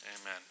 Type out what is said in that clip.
amen